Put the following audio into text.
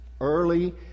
Early